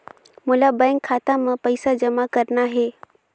मोला बैंक खाता मां पइसा जमा करना हे?